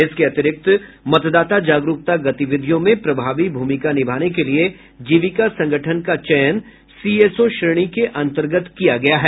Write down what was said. इसके अतिरिक्त मतदाता जागरुकता गतिविधियों में प्रभावी भूमिका निभाने के लिए जीविका संगठन का चयन सीएसओ श्रेणी के अंतर्गत किया गया है